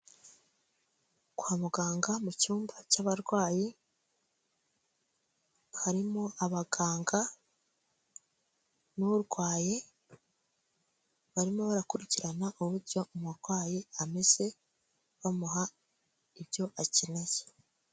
Kwa muganga mu cyumba cy'abarwayi harimo abaganga n'urwaye, barimo barakurikirana uburyo umurwayi ameze bamuha ibyo akeneye.